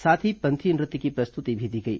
साथ ही पंथी नृत्य की प्रस्तृति भी दी गई